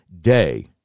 day